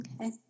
Okay